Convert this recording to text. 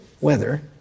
weather